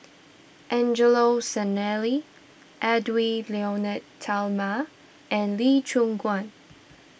Angelo Sanelli Edwy Lyonet Talma and Lee Choon Guan